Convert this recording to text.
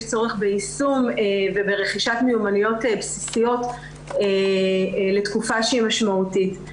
יש צורך ביישום וברכישת מיומנויות בסיסיות לתקופה שהיא משמעותית.